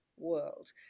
world